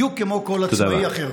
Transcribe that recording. בדיוק כמו כל עצמאי אחר.